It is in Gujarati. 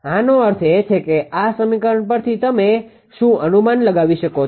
આનો અર્થ એ છે કે આ સમીકરણ પરથી તમે શું અનુમાન લગાવી શકો છો